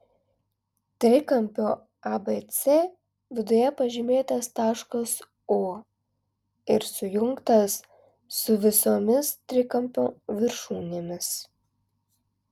trikampio abc viduje pažymėtas taškas o ir sujungtas su visomis trikampio viršūnėmis